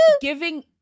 Giving